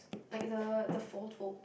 like the the fold fold